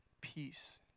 peace